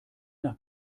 nach